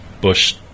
Bush